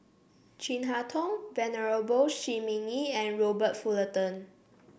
Chin Harn Tong Venerable Shi Ming Yi and Robert Fullerton